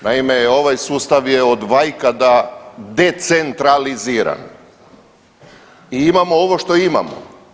Naime, ovaj sustav je od vajkada decentraliziran i imamo ovo što imamo.